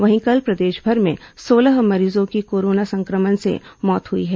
वहीं कल प्रदेशभर में सोलह मरीजों की कोरोना संक्रमण से मौत हुई है